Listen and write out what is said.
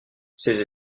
ses